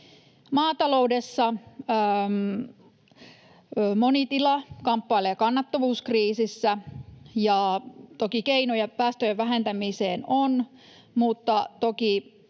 Maataloudesta: Moni tila kamppailee kannattavuuskriisissä. Toki keinoja päästöjen vähentämiseen on, mutta toki